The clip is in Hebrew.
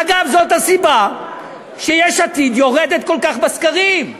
אגב, זאת הסיבה שיש עתיד יורדת כל כך בסקרים,